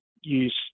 use